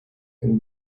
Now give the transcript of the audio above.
and